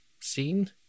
scene